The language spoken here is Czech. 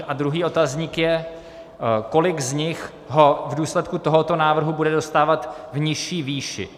A druhý otazník je, kolik z nich ho v důsledku tohoto návrhu bude dostávat v nižší výši.